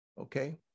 Okay